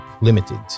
Limited